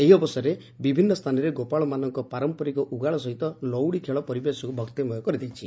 ଏହି ଅବସରରେ ବିଭିନ୍ ସ୍ରାନରେ ଗୋପାଳମାନଙ୍କ ପାରମ୍ପାରିକ ଉଗାଳ ସହିତ ଲଉଡ଼ି ଖେଳ ପରିବେଶକୁ ଭକ୍ତିମୟ କରିଦେଇଛି